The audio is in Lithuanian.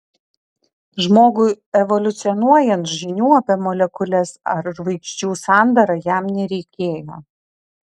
žmogui evoliucionuojant žinių apie molekules ar žvaigždžių sandarą jam nereikėjo